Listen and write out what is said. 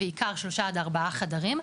בעיקר 3-4 חדרים.